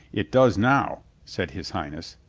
it does now, said his highness,